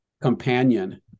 companion